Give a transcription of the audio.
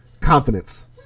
confidence